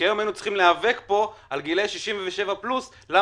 היום היינו צריכים להיאבק פה למה גילאי 67 פלוס לא